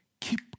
Keep